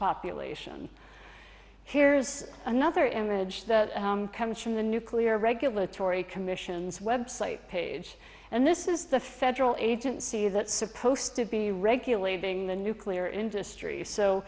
population here's another image that comes from the nuclear regulatory commission zz website page and this is the federal agency that's supposed to be regulating the nuclear industry so